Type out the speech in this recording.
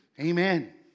Amen